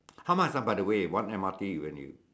how much ah by the way one M_R_T when you